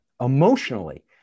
emotionally